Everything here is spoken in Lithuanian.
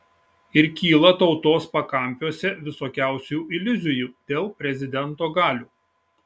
ir kyla tautos pakampiuose visokiausių iliuzijų dėl prezidento galių